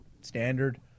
Standard